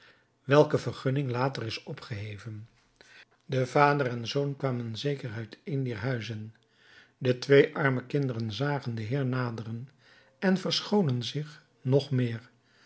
welke vergunning later is opgeheven de vader en de zoon kwamen zeker uit een dier huizen de twee arme kinderen zagen den heer naderen en verscholen zich nog meer